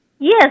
Yes